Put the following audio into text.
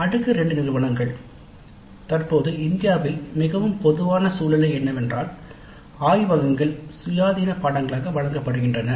அடுக்கு 2 நிறுவனங்கள் தற்போது இந்தியாவில் மிகவும் பொதுவான சூழ்நிலை என்னவென்றால் ஆய்வகங்கள் சுயாதீன பாடநெறிகளாக வழங்கப்படுகின்றன